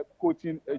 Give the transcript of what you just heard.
coaching